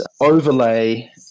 overlay